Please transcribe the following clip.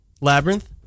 Labyrinth